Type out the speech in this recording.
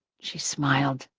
she smiled.